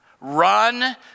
Run